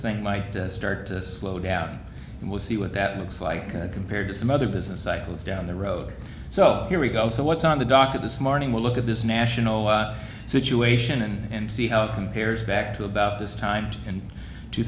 thing might start to slow down and we'll see what that looks like compared to some other business cycles down the road so here we go so what's on the docket this morning we'll look at this national situation and see how it compares back to about this time in two